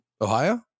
Ohio